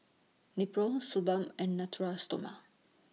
Nepro Suu Balm and Natura Stoma